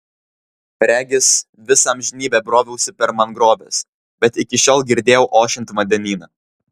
regis visą amžinybę broviausi per mangroves bet iki šiol girdėjau ošiant vandenyną